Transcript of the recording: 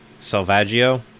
Salvaggio